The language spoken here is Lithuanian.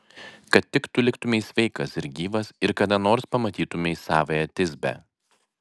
kad tik tu liktumei sveikas ir gyvas ir kada nors pamatytumei savąją tisbę